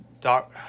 doc